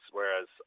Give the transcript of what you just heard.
Whereas